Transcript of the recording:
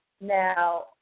Now